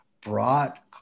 brought